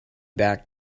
back